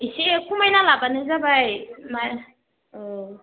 एसे खमायना लाब्लानो जाबाय मा औ